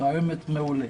רעיון מעולה.